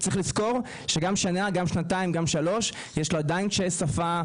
צריך לזכור שגם שנה-שנתיים-שלוש יש לנו עדיין קשיי שפה.